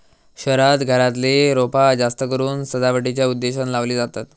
शहरांत घरातली रोपा जास्तकरून सजावटीच्या उद्देशानं लावली जातत